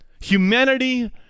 humanity